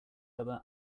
other